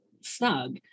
snug